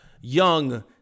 young